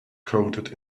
coded